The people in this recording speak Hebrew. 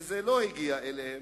שזה לא הגיע אליהן,